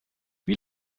wie